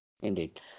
Indeed